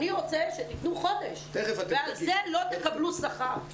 אני רוצה שתיתנו חודש ועל זה לא תקבלו שכר.